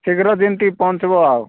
ଶୀଘ୍ର ଯେମିତି ପହଞ୍ଚିବ ଆଉ